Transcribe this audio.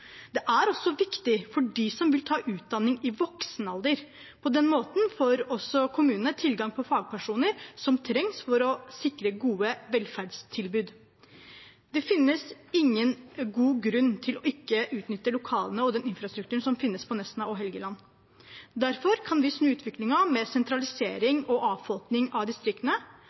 Det er også viktig for dem som vil ta utdanning i voksen alder. På den måten får kommunene tilgang til fagpersoner som trengs for å sikre gode velferdstilbud. Det finnes ingen god grunn til ikke å utnytte lokalene og infrastrukturen som finnes på Nesna og Helgeland. Derfor kan vi snu utviklingen med sentralisering og avfolking av distriktene.